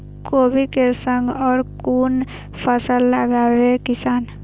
कोबी कै संग और कुन फसल लगावे किसान?